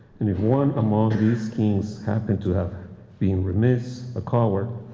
and if one among these kings happen to have been remiss, a coward,